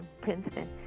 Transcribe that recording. Princeton